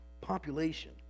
population